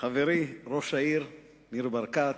חברי ראש העיר ניר ברקת,